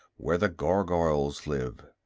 where the gargoyles live.